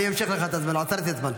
אני אמשיך לך את הזמן, עצרתי את הזמן.